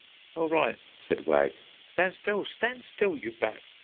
all right, said wag stand still! stand still, you bat!